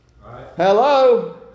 Hello